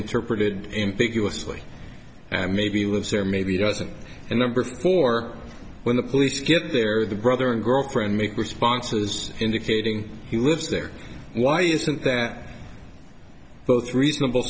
and maybe lives there maybe doesn't and number four when the police get there the brother and girlfriend make responses indicating he lives there why isn't that both reasonable